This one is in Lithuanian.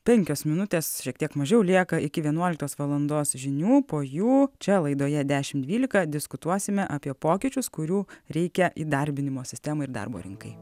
penkios minutės šiek tiek mažiau lieka iki vienuoliktos valandos žinių po jų čia laidoje dešimt dvylika diskutuosime apie pokyčius kurių reikia įdarbinimo sistemoj ir darbo rinkai